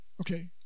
Okay